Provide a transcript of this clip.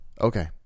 Okay